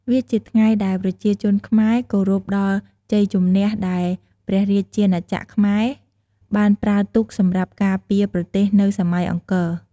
វាជាថ្ងៃដែលប្រជាជនខ្មែរគោរពដល់ជ័យជំនះដែលព្រះរាជាណាចក្រខ្មែរបានប្រើទូកសម្រាប់ការពារ ប្រទេសនៅសម័យអង្គរ។